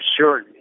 Sure